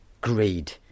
greed